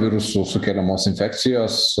virusų sukeliamos infekcijos